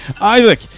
Isaac